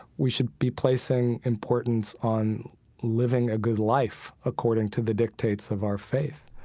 we should be placing importance on living a good life according to the dictates of our faith.